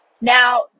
Now